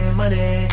money